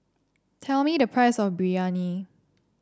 tell me the price of Biryani